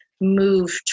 move